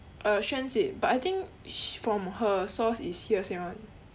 uh xuan said but I think sh~ from her source is hearsay [one]